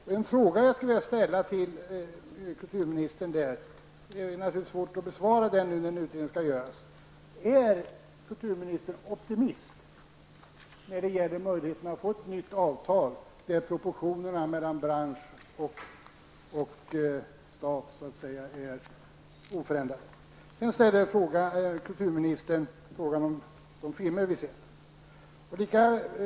Den fråga jag skulle vilja ställa till kulturministern även om den naturligtvis inte är lätt att besvara nu när en utredning skall göras är: Är ministern optimist när det gäller möjligheterna att få ett nytt avtal där proportionerna mellan branschen och staten är oförändrade? Ministern ställde frågor till oss om de filmer som vi har sett.